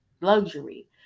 luxury